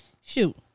shoot